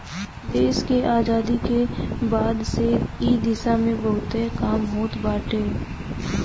देस के आजादी के बाद से इ दिशा में बहुते काम होत बाटे